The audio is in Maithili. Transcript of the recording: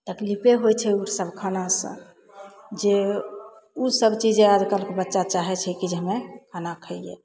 तकलीफे होइ छै उ सब खानासँ जे उ सब चीज आजकलके बच्चा चाहय छै जे कि हमे खाना खइयै